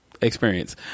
experience